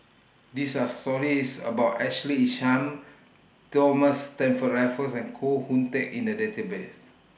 This Are stories about Ashley Isham Thomas Stamford Raffles and Koh Hoon Teck in The Database